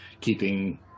keeping